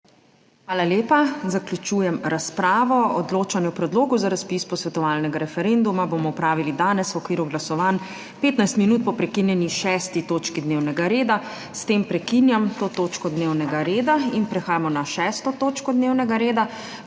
Hvala lepa. Zaključujem razpravo. Odločanje o predlogu za razpis posvetovalnega referenduma bomo opravili danes v okviru glasovanj, 15 minut po prekinjeni 6. točki dnevnega reda. S tem prekinjam to točko dnevnega reda. Prehajamo na 5. TOČKO DNEVNEGA REDA,